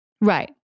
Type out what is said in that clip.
Right